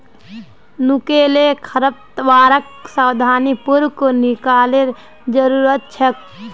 नुकीले खरपतवारक सावधानी पूर्वक निकलवार जरूरत छेक